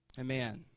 Amen